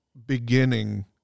beginning